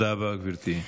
תודה רבה, גברתי.